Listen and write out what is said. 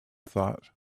thought